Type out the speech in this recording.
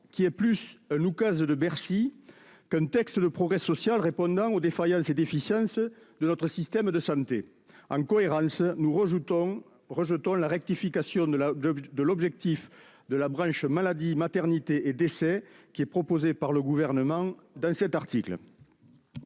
qui est plus un oukase de Bercy qu'un texte de progrès social, qui répondrait aux défaillances et aux déficiences de notre système de santé. Aussi, en cohérence, nous rejetons la rectification de l'objectif de la branche maladie, maternité, invalidité et décès que propose le Gouvernement au travers de cet article.